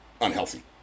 unhealthy